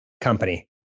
company